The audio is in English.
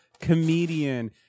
comedian